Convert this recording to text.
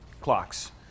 clocks